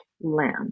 land